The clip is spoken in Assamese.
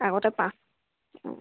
আগতে পাঁচ